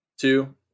two